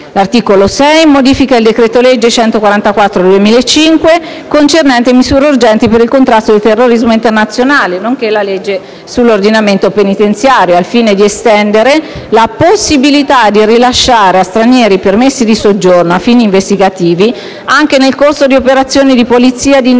L'articolo 6 modifica il decreto-legge n. 144 del 2005, concernente misure urgenti per il contrasto del terrorismo internazionale, nonché la legge sull'ordinamento penitenziario, al fine di estendere la possibilità di rilasciare a stranieri permessi di soggiorno a fini investigativi anche nel corso di operazioni di polizia e di indagini